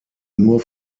nur